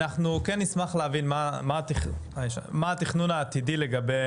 אנחנו כן נשמח להבין מה התכנון העתידי לגבי